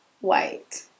white